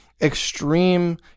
extreme